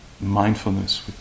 mindfulness